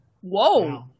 Whoa